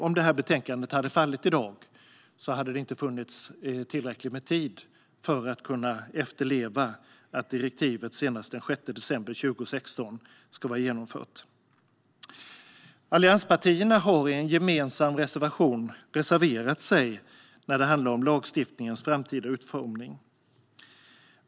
Om betänkandet faller i dag finns det inte tillräckligt med tid för att kunna efterleva att direktivet ska vara genomfört senast den 6 december 2016. Allianspartierna har gemensamt reserverat sig när det handlar om lagstiftningens framtida utformning.